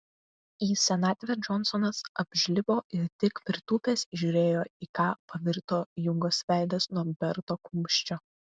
į senatvę džonsonas apžlibo ir tik pritūpęs įžiūrėjo į ką pavirto jungos veidas nuo berto kumščio